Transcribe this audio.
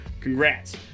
congrats